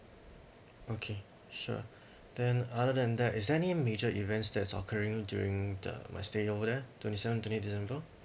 okay sure then other than that is there any major events that's occurring during the my stay over there twenty seven twenty eight december